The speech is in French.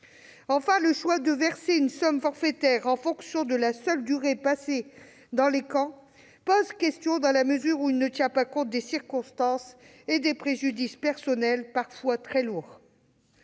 Enfin, le choix de verser une somme forfaitaire en fonction de la seule durée passée dans les camps pose question : il ne tient compte ni des circonstances ni des préjudices personnels endurés, parfois très lourds.